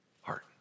heart